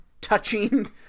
touching